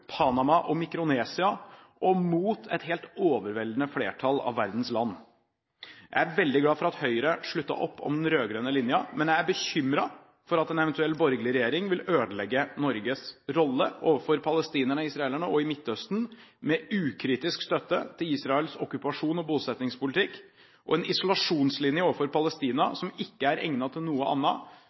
Panama og Mikronesia, mot et helt overveldende flertall av verdens land. Jeg er veldig glad for at Høyre sluttet opp om den rød-grønne linjen, men jeg er bekymret for at en eventuell borgerlig regjering vil ødelegge Norges rolle overfor palestinerne og israelerne i Midtøsten, med ukritisk støtte til Israels okkupasjon og bosettingspolitikk og en isolasjonslinje overfor Palestina som ikke er egnet til noe